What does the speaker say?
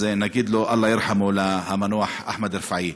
אז נגיד לו אללה ירחמו למנוח אחמד רפאיעה.